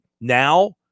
now